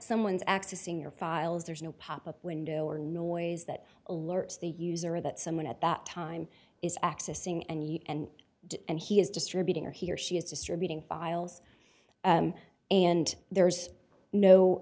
someone's accessing your files there's no pop up window or noise that alerts the user that someone at that time is accessing and and and he is distributing or he or she is distributing files and there's no